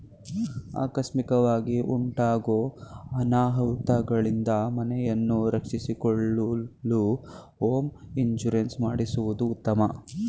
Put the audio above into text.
ಆಕಸ್ಮಿಕವಾಗಿ ಉಂಟಾಗೂ ಅನಾಹುತಗಳಿಂದ ಮನೆಯನ್ನು ರಕ್ಷಿಸಿಕೊಳ್ಳಲು ಹೋಮ್ ಇನ್ಸೂರೆನ್ಸ್ ಮಾಡಿಸುವುದು ಉತ್ತಮ